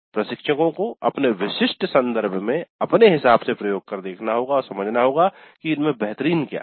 प्रशिक्षकों को अपने विशिष्ट संदर्भ में अपने हिसाब से प्रयोग कर देखना होगा और समझना होगा कि इनमे बेहतरीन क्या है